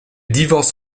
divorce